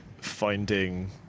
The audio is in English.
finding